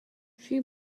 she